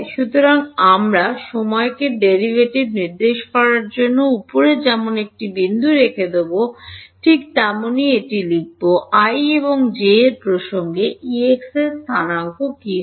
সুতরাং আমরা সময়কে ডেরিভেটিভ নির্দেশ করার জন্য উপরে যেমন একটি বিন্দু রেখে দেব ঠিক তেমন এটি লিখব i এবং j এর প্রসঙ্গে Ex স্থানাঙ্ক কী করে